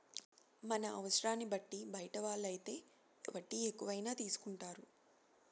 మన అవసరాన్ని బట్టి బయట వాళ్ళు అయితే వడ్డీ ఎక్కువైనా తీసుకుంటారు